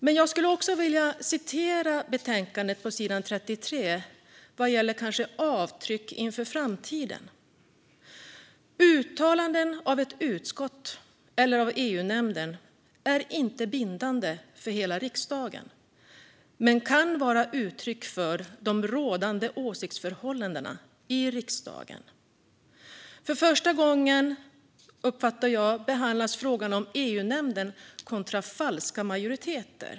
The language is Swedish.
Men jag skulle vilja citera från sidan 33 i betänkandet - det gör kanske avtryck i framtiden: "Uttalanden av ett utskott eller av EU-nämnden är inte bindande för hela riksdagen, men kan vara uttryck för de rådande åsiktsförhållandena i riksdagen." För första gången, uppfattar jag, behandlas frågan om EU-nämnden kontra falska majoriteter.